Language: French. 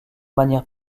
manière